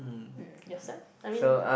uh yourself I mean